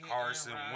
Carson